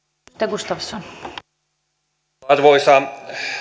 arvoisa